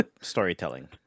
storytelling